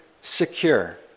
secure